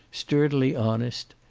sturdily honest,